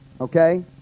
Okay